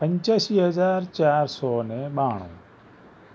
પંચ્યાશી હજાર ચારસો ને બાણું